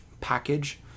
package